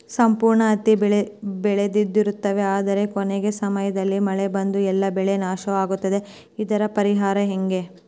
ಸಂಪೂರ್ಣ ಹತ್ತಿ ಬೆಳೆದಿರುತ್ತೇವೆ ಆದರೆ ಕೊನೆಯ ಸಮಯದಾಗ ಮಳೆ ಬಂದು ಎಲ್ಲಾ ಬೆಳೆ ನಾಶ ಆಗುತ್ತದೆ ಇದರ ಪರಿಹಾರ ಹೆಂಗೆ?